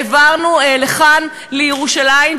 העברנו בחוק לכאן לירושלים,